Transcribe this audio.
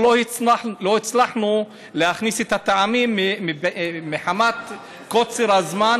לא הצלחנו להכניס את הטעמים מחמת קוצר הזמן,